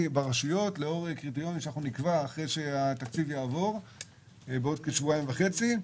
ברשויות לאור קריטריונים שנקבע אחרי שהתקציב יעבור בעוד כשבועיים וחצי.